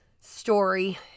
story